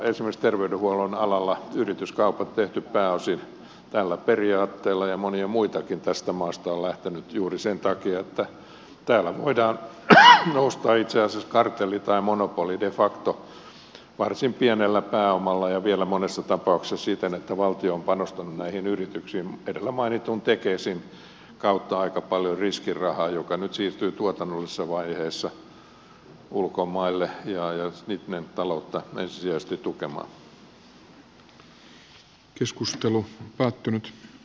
esimerkiksi terveydenhuollon alalla yrityskaupat on tehty pääosin tällä periaatteella ja monia muitakin tästä maasta on lähtenyt juuri sen takia että täällä voidaan itse asiassa nousta tilanteeseen kartelli tai monopoli de facto varsin pienellä pääomalla ja vielä monessa tapauksessa siten että valtio on panostanut näihin yrityksiin edellä mainitun tekesin kautta aika paljon riskirahaa joka nyt siirtyy tuotannollisessa vaiheessa ulkomaille ja niiden taloutta ensisijaisesti tukemaan